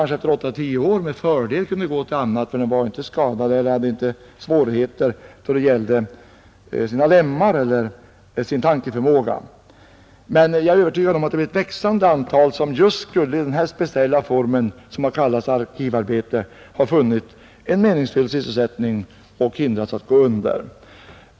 Efter åtta, tio år kunde de med fördel ha gått till annat arbete; de var inte skadade i sina lemmar eller i sin tankeförmåga. Jag är övertygad om att ett större antal människor i denna form av arbete skulle ha kunnat finna en meningsfull sysselsättning och därigenom hindrats från att gå under.